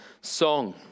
song